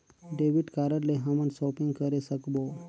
Debit card ले हमन shopping करे सकबो?